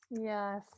Yes